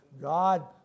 God